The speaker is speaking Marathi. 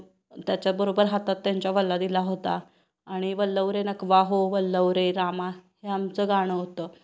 त्याच्याबरोबर हातात त्यांच्या वल्ला दिला होता आणि वल्हव रे नाखवा हो वल्हव रे रामा हे आमचं गाणं होतं